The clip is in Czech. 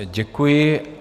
Děkuji.